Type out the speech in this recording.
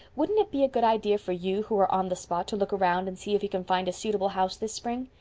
wouldn't it be a good idea for you, who are on the spot, to look around and see if you can find a suitable house this spring?